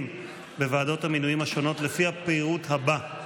בוועדות המינויים השונות לפי הפירוט הבא: